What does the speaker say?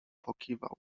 pokiwał